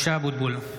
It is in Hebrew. משה אבוטבול,